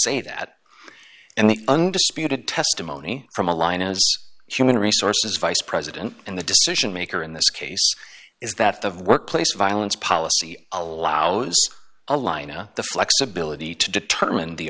say that and the undisputed testimony from a line of human resources vice president and the decision maker in this case is that of workplace violence policy allows a line a the flexibility to determine the